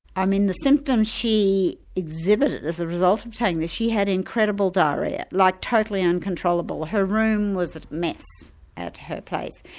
i mean the symptoms she exhibited as ah result of taking them, she had incredible diarrhoea, like totally uncontrollable, her room was a mess at her place.